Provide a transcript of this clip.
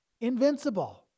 Invincible